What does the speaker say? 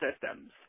systems